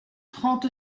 trente